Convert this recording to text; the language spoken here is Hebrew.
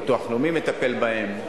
ביטוח לאומי מטפל בהם,